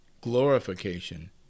Glorification